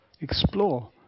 explore